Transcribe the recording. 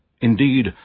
indeed